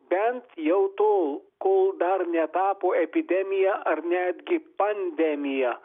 bent jau tol kol dar netapo epidemija ar netgi pandemija